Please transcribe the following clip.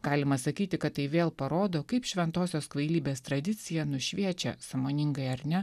galima sakyti kad tai vėl parodo kaip šventosios kvailybės tradicija nušviečia sąmoningai ar ne